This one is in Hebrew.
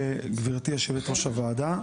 גברתי יושבת-ראש הוועדה,